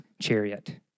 chariot